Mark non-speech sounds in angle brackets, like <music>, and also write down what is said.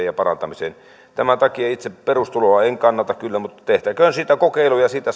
<unintelligible> ja parantamiseen tämän takia itse perustuloa en kannata kyllä mutta tehtäköön siitä kokeilu ja siitä <unintelligible>